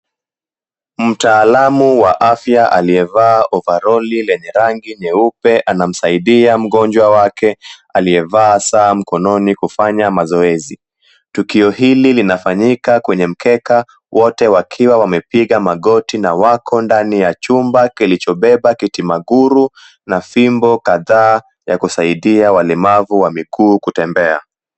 Mtaalamu wa afya aliveyaa ovaroli lenye rangi nyeupe anamsaidia mgonjwa wake aliyevaa saa mkononi kufanya mazoezi. Tukio hili linafanyika kwenye mkeka wote wakiwa wamepiga magoti na wako ndani ya chumba kilichobeba kiti maguru na fimbo kadhaa ya kusaidia walemavu wa miguu kutembea.